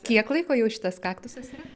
kiek laiko jau šitas kaktusas yra